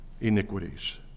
iniquities